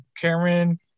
Cameron